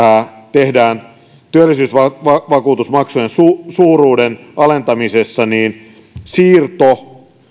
tehdään työttömyysvakuutusmaksujen suuruuden alentamisessa siirto